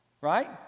right